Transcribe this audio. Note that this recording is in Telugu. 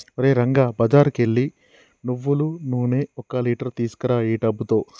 ఓరే రంగా బజారుకు ఎల్లి నువ్వులు నూనె ఒక లీటర్ తీసుకురా ఈ డబ్బుతో